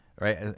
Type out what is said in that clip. right